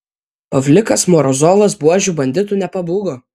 pavlikas morozovas buožių banditų nepabūgo